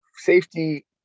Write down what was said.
safety